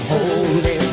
Holy